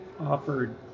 offered